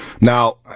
Now